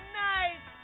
nice